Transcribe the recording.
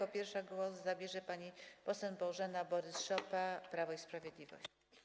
Jako pierwsza głos zabierze pani poseł Bożena Borys-Szopa, Prawo i Sprawiedliwość.